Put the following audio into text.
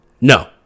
No